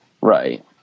Right